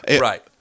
right